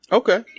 okay